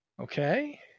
Okay